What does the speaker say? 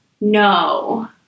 No